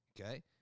Okay